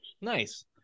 Nice